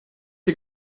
die